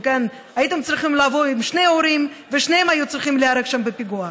הייתם צריכים לבוא עם שני הורים ושניהם היו צריכים להיהרג שם בפיגוע,